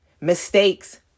mistakes